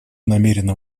намерена